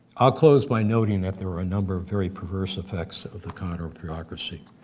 i'll close by noting that there are a number of very perverse effects of the counter-bureaucracy.